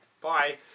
Bye